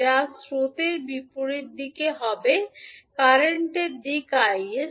যার স্রোতের দিকটি বিপরীত হবে কারেন্টর দিক 𝐼 𝑠